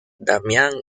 damián